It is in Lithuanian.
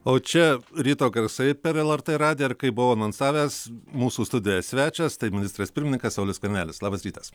o čia ryto garsai per lrt radiją ar kai buvau anonsavęs mūsų studijoj svečias tai ministras pirmininkas saulius skvernelis labas rytas